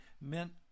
meant